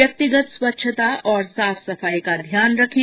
व्यक्तिगत स्वच्छता और साफ सफाई का ध्यान रखें